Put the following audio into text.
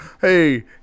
hey